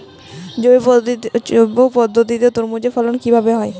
জৈব পদ্ধতিতে তরমুজের ফলন কিভাবে হয়?